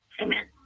Amen